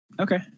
Okay